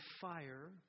fire